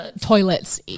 toilets